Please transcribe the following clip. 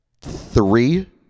three